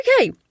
okay